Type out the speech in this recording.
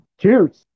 cheers